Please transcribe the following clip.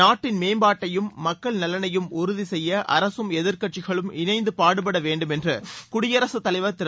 நாட்டின் மேம்பாட்டையும் மக்கள் நலனையும் உறுதி செய்ய அரசும் எதிர்க்கட்சிகளும் இணைந்து பாடுபட வேண்டும் என்று குடியரசுத் தலைவர் திரு